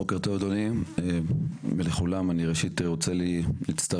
בוקר טוב אדוני ולכולם, אני ראשית רוצה להצטרף.